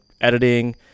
editing